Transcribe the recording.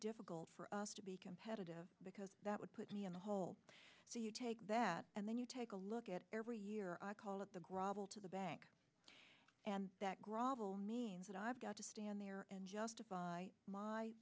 difficult for us to be competitive because that would put me in the hole so you take that and then you take a look at every year i call it the grovel to the bank and that grovel means that i've got to stand there and justify my